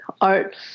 art